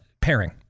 pairing